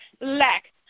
lack